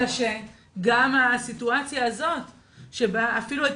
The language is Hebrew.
אלא שגם הסיטואציה הזאת שבה אפילו את